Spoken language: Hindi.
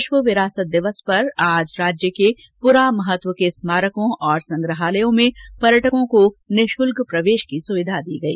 विश्व विरासत दिवस पर आज राज्य के पुरामहत्व के स्मारकों और संग्रहालयों में पर्यटकों के लिए निशुल्क प्रवेश की सुविधा दी गई